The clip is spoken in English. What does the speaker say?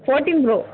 fourteen pro